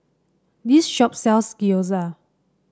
this shop sells Gyoza